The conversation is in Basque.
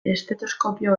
estetoskopio